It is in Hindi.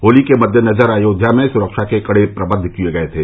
होली के मद्देनजर अयोध्या में सुरक्षा के कड़े प्रबंध किए गये थे